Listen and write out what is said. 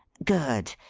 good!